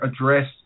address